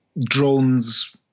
drones